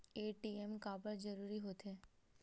ATM काबर जरूरी हो थे?